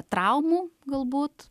traumų galbūt